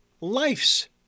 life's